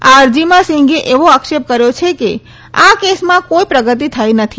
આ અરજીમાં સિંઘે એવો આક્ષે કર્યો છે કે આ કેસમાં કોઈ પ્રગતી થઈ નથી